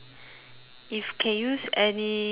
if can use any object